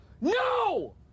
no